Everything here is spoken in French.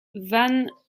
van